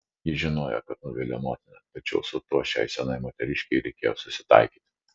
ji žinojo kad nuvilia motiną tačiau su tuo šiai senai moteriškei reikėjo susitaikyti